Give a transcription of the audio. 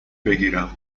بگیرم